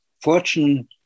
fortune